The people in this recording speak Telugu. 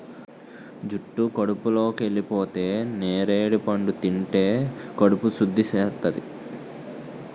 జుట్టు కడుపులోకెళిపోతే నేరడి పండు తింటే కడుపు సుద్ధి చేస్తాది